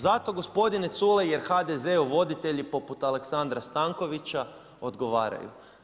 Zato gospodine Culej jer HDZ-u voditelji poput Aleksandra Stankovića odgovaraju.